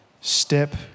step